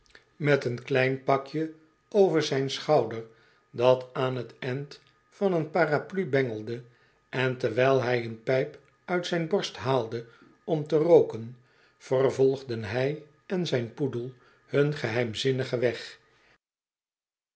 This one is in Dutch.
met een klein pakje over zijn schouder dat aan t end van een paraplu bengelde en terwijl hij een pijp uit zijn borst haalde om te rooken vervolgden hij en zijn poedel hun geheimzinnigen weg